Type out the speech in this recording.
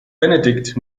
benedikt